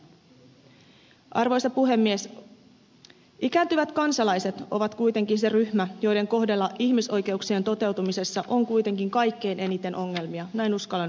arvoisa puhemies ikääntyvät kansalaiset ovat kuitenkin se ryhmä joiden kohdalla ihmisoikeuksien toteutumisessa on kuitenkin kaikkein eniten ongelmia näin uskalla väittää